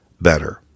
better